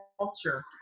culture